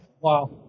Wow